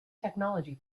technology